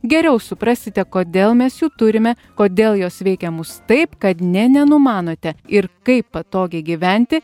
geriau suprasite kodėl mes jų turime kodėl jos veikia mus taip kad nė nenumanote ir kaip patogiai gyventi